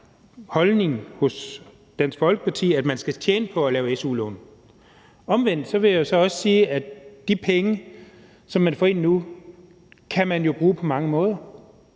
holdning hos Dansk Folkeparti, at man skal tjene på at lave su-lån. Omvendt vil jeg så også sige, at de penge, som man får ind nu, kan man jo bruge på mange måder.